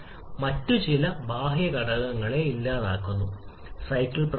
മൊത്തം ഔട്ട്പുട്ടിനെ ബാധിക്കുന്ന മാറ്റം